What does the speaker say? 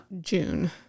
June